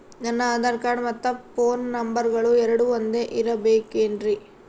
ನನ್ನ ಆಧಾರ್ ಕಾರ್ಡ್ ಮತ್ತ ಪೋನ್ ನಂಬರಗಳು ಎರಡು ಒಂದೆ ಇರಬೇಕಿನ್ರಿ?